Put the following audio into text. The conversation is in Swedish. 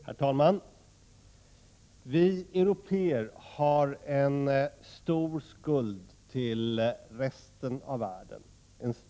Herr talman! Vi européer har en stor historisk skuld till resten av världen.